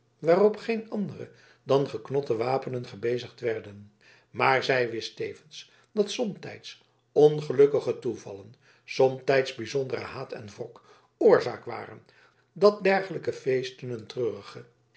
waarop geen andere dan geknotte wapenen gebezigd werden maar zij wist tevens dat somtijds ongelukkige toevallen somtijds bijzondere haat en wrok oorzaak waren dat dergelijke feesten een treurigen